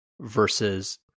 versus